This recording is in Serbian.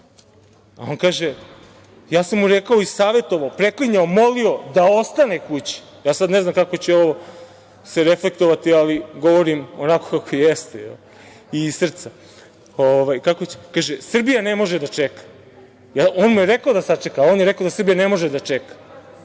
A on kaže – ja sam mu rekao i savetovao, preklinjao, molio da ostane kući. Ja sad ne znam kako će se ovo reflektovati, ali govorim onako kako jeste i iz srca. I kaže – Srbija ne može da čeka. On mu je rekao da sačeka, a on mu je rekao – da Srbija ne može da čeka.